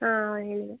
ಹಾಂ ಹೇಳಿ